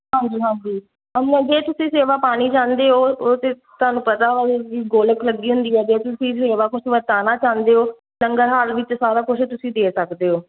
ਹਾਂਜੀ ਹਾਂਜੀ ਹਾਂਜੀ ਹਾਂਜੀ ਜੇ ਤੁਸੀਂ ਸੇਵਾ ਪਾਉਣੀ ਚਾਹੁੰਦੇ ਹੋ ਉਹ ਤਾਂ ਤੁਹਾਨੂੰ ਪਤਾ ਹੋਵੇ ਵੀ ਗੋਲਕ ਲੱਗੀ ਹੁੰਦੀ ਹੈ ਜੇ ਤੁਸੀਂ ਸੇਵਾ ਕੁਛ ਵਰਤਾਉਣਾ ਚਾਹੁੰਦੇ ਹੋ ਲੰਗਰ ਹਾਲ ਵਿੱਚ ਸਾਰਾ ਕੁਛ ਤੁਸੀਂ ਦੇ ਸਕਦੇ ਹੋ